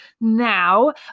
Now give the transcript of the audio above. now